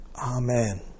Amen